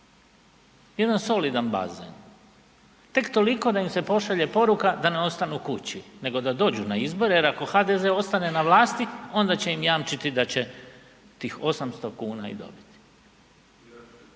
jedan solidan bazen, tek toliko da im se pošalje poruka da ne ostanu kući nego da dođu na izbore jer ako HDZ ostane na vlasti onda će im jamčiti da će tih 800,00 kn i dobiti.